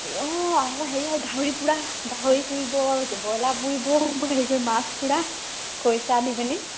অঁ আউ হেৰি হয় গাহৰি পূৰা গাহৰি পুৰিব ব্ৰইলাৰ পুৰিব মই হেৰি কৰি মাছ পূৰা খৰিছা দি পিনি